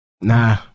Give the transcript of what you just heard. nah